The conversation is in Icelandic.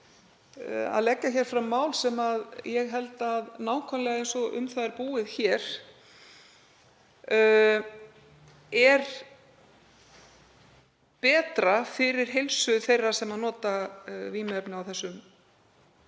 legg ég hér fram mál sem ég held að, nákvæmlega eins og um það er búið hér, sé betra fyrir heilsu þeirra sem nota vímuefni með þessum